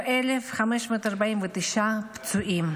ו-11,549 פצועים.